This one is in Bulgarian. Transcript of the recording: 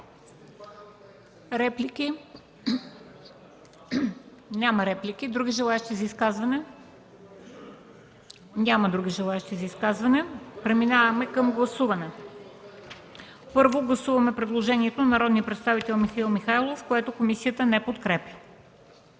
Реплики? Няма. Други желаещи за изказване? Няма. Преминаваме към гласуване. Първо, гласуваме предложението на народния представител Михаил Михайлов, което комисията не подкрепя.